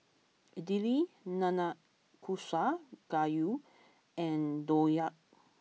Idili Nanakusa Gayu and Dhokla